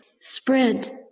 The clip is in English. spread